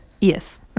yes